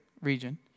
region